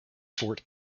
fort